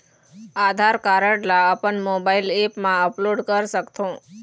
आधार card ला अपन mobile app मा अपलोड कर सकथों?